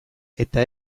eta